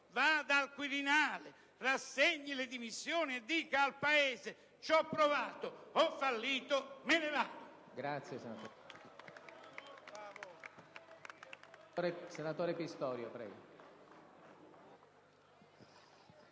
Vada al Quirinale, rassegni le dimissioni e dica al Paese: ci ho provato, ho fallito, me ne vado*.